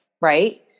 right